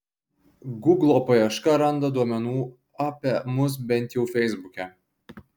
guglo paieška randa duomenų apie mus bent jau feisbuke